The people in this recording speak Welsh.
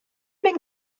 mynd